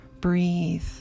breathe